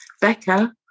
Becca